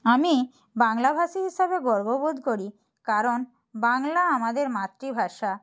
আমি বাংলাভাষী হিসেবে গর্ব বোধ করি কারণ বাংলা আমাদের মাতৃ ভাষা